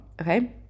Okay